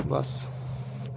ਬਸ